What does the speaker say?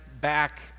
back